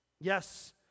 Yes